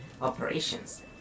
operations